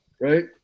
right